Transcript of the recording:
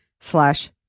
slash